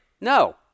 No